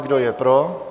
Kdo je pro?